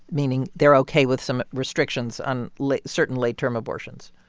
meaning they're ok with some restrictions on like certain late-term abortions.